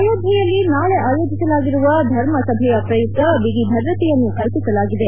ಅಯೋಧ್ಯೆಯಲ್ಲಿ ನಾಳೆ ಆಯೋಜಿಸಲಾಗಿರುವ ಧರ್ಮ ಸಭೆಯ ಪ್ರಯುಕ್ತ ಭಿಗಿಭದ್ರತೆಯನ್ನು ಕಲ್ಪಿಸಲಾಗಿದೆ